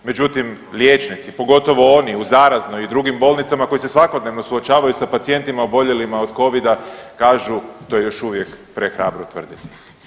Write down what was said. Međutim, liječnici, pogotovo oni u zaraznoj i drugim bolnicama koji se svakodnevno suočavaju sa pacijentima oboljelima od covida kažu to je još uvijek prehrabro tvrditi.